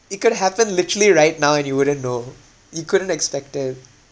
it could happen literally right now and you wouldn't know you couldn't expect it